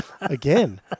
Again